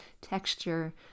texture